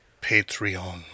Patreon